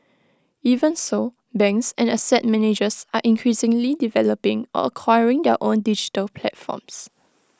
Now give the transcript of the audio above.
even so banks and asset managers are increasingly developing or acquiring their own digital platforms